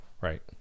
right